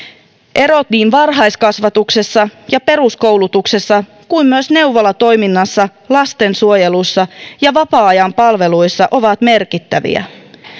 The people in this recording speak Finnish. erot niin varhaiskasvatuksessa ja peruskoulutuksessa kuin myös neuvolatoiminnassa lastensuojelussa ja vapaa ajan palveluissa ovat merkittäviä